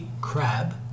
crab